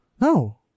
No